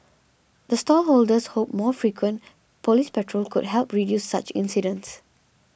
the stall holders hope more frequent police patrol could help reduce such incidents